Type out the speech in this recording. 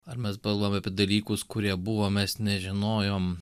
ar mes kalbam apie dalykus kurie buvo mes nežinojom